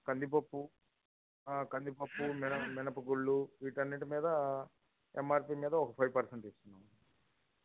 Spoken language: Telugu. కందిపప్పు కందిపప్పు మిన మినపగుళ్ళు వీటి అన్నింటి మీద ఎమ్ఆర్పీ మీద ఒక పైవ్ పర్సెంట్ ఇస్తున్నాం